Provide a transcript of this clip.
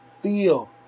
feel